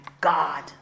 God